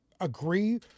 agree